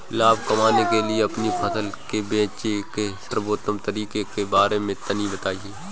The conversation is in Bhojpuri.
लाभ कमाने के लिए अपनी फसल के बेचे के सर्वोत्तम तरीके के बारे में तनी बताई?